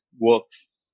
works